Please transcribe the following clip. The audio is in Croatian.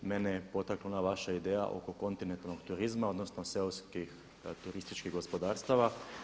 Mene je potaknula ona vaša ideja oko kontinentalnog turizma odnosno seoskih turističkih gospodarstava.